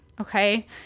Okay